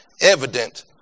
evident